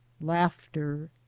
laughter